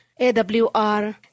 AWR